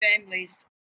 families